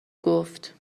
گفت